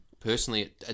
Personally